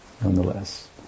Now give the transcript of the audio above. nonetheless